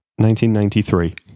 1993